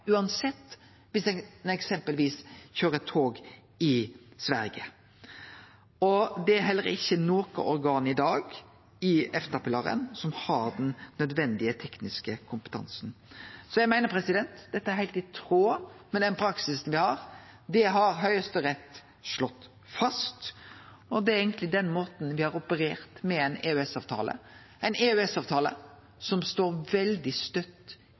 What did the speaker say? uansett, om ein eksempelvis køyrer tog i Sverige. Det er heller ikkje noko organ i dag i EFTA-pilaren som har den nødvendige tekniske kompetansen. Så eg meiner dette er heilt i tråd med den praksisen me har. Det har Høgsterett slått fast, og det er eigentleg den måten me har operert på med ein EØS-avtale – ein EØS-avtale som står veldig